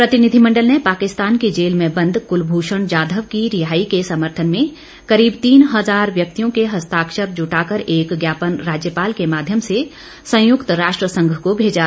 प्रतिनिधिमण्डल ने पाकिस्तान की जेल में बंद कुलभुषण जाधव की रिहाई के समर्थन में करीब तीन हजार व्यक्तियों के हस्ताक्षर जुटाकर एक ज्ञापन राज्यपाल के माध्यम से संयुक्त राष्ट्र संघ को भेजा